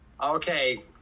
Okay